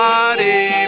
Body